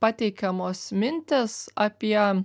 pateikiamos mintys apie